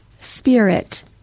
Spirit